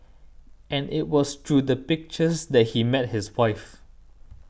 and it was through the pictures that he met his wife